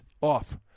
off